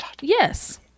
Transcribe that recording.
Yes